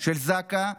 של זק"א,